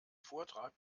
vortrag